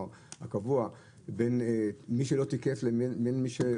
הקבוע אמר בין מי שלא תיקף לבין מי שלא שילם.